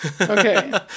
Okay